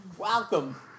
welcome